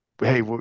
hey